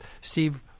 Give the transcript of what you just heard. Steve